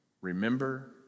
Remember